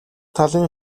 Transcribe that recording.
талын